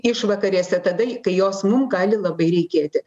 išvakarėse tada kai jos mum gali labai reikėti